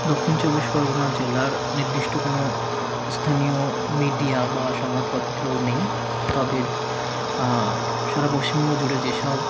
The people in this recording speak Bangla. দক্ষিণ চব্বিশ পরগনা জেলার নির্দিষ্ট কোনো স্থানীয় মিডিয়া বা সংবাদপত্র নেই তবে সারা পশ্চিমবঙ্গ জুড়ে যেসব